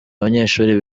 abanyeshuri